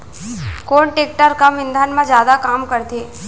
कोन टेकटर कम ईंधन मा जादा काम करथे?